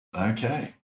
okay